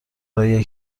راهیه